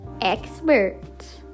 experts